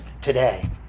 today